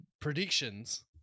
predictions